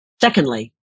Secondly